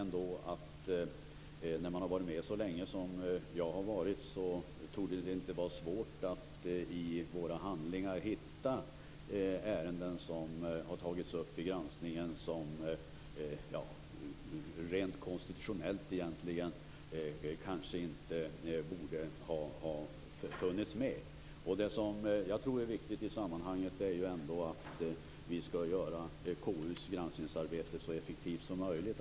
När man har varit med så länge som jag har varit torde det inte vara svårt att i våra handlingar hitta ärenden som har tagits upp till granskning, vilka rent konstitutionellt kanske inte borde ha funnits med. Det är viktigt att vi gör KU:s granskningsarbete så effektivt som möjligt.